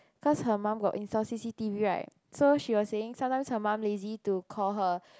cause her mum got install C_C_T_V right so she was saying sometimes her mum lazy to call her